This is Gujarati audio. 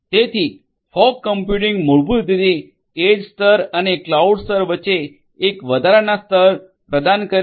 તેથી ફોગ કમ્પ્યુટિંગ મૂળભૂત રીતે એજ સ્તર અને ક્લાઉડ સ્તર વચ્ચે એક વધારાનું સ્તર પ્રદાન કરે છે